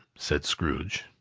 said scrooge.